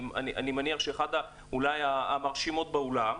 אני מניח שאולי אחת המרשימות בעולם,